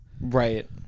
Right